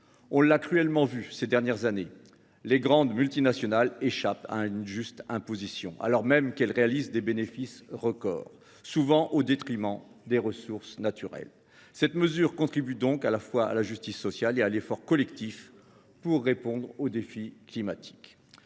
On l’a cruellement vu ces dernières années, les grandes multinationales échappent à une juste imposition, alors même qu’elles réalisent des bénéfices records, souvent au détriment des ressources naturelles. Cette mesure contribue donc à la fois à la justice sociale et à l’effort collectif pour répondre aux défis climatiques.